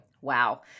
Wow